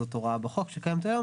זאת הוראה בחוק שקיימת היום